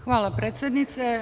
Hvala predsednice.